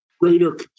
greater